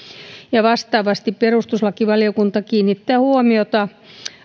vastaavasti perustuslakivaliokunta kiinnittää huomiota